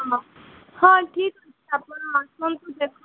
ହଁ ହଁ ଠିକ୍ ଅଛି ଆପଣ ଆସନ୍ତୁ ଦେଖନ୍ତୁ